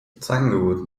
tanglewood